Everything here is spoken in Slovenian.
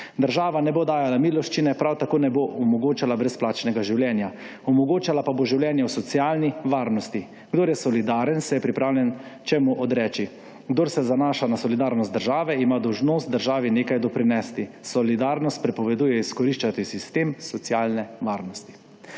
Država ne bo dajala miloščine, prav tako ne bo omogočala brezplačnega življenja. Omogočala pa bo življenje v socialni varnosti. Kdor je solidaren, se je pripravljen čemu odreči, kdor se zanaša na solidarnost države ima dolžnost državi nekaj doprinesti. Solidarnost prepoveduje izkoriščati sistem socialne varnosti.